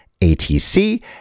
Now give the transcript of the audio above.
ATC